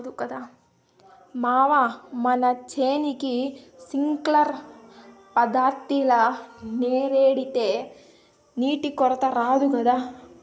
మావా మన చేనుకి సింక్లర్ పద్ధతిల నీరెడితే నీటి కొరత రాదు గదా